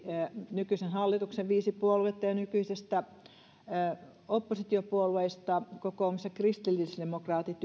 nykyisen hallituksen viisi puoluetta ja nykyisistä oppositiopuolueista kokoomus ja kristillisdemokraatit